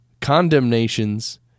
condemnations